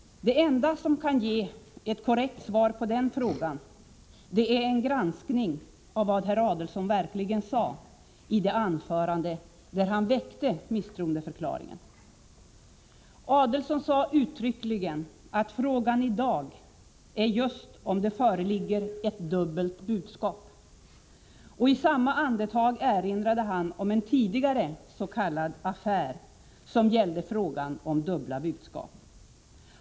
Det enda som kan ge ett korrekt svar på den frågan är en granskning av vad herr Adelsohn verkligen sade i det anförande där han väckte misstroendeförklaringen. Adelsohn sade uttryckligen: ”Frågan i dag är just om det föreligger ett dubbelt budskap ——.” Och i samma andetag erinrade han om en tidigare s.k. affär som gällde frågan om dubbla budskap.